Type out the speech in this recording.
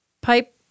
pipe